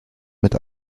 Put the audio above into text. mit